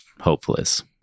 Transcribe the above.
hopeless